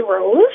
rose